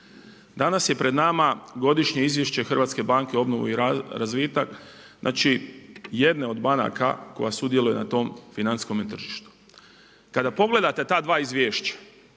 Danas je pred nama Godišnje izvješće HBOR-a, znači jedne od banaka koja sudjeluje na tom financijskome tržištu. Kada pogledate ta dva izvješća,